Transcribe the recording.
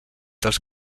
dels